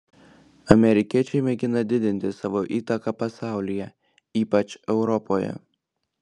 amerikiečiai mėgina didinti savo įtaką pasaulyje ypač europoje